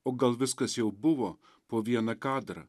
o gal viskas jau buvo po vieną kadrą